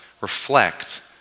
reflect